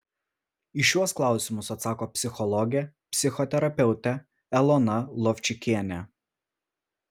į šiuos klausimus atsako psichologė psichoterapeutė elona lovčikienė